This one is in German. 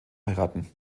heiraten